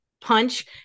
punch